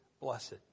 blessed